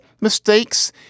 mistakes